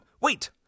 wait